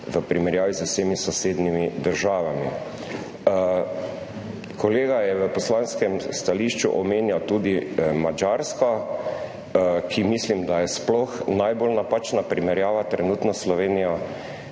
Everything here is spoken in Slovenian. v primerjavi z vsemi sosednjimi državami. Kolega je v poslanskem stališču omenjal tudi Madžarsko, ki mislim, da je sploh najbolj napačna primerjava trenutno s Slovenijo.